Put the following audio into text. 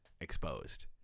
exposed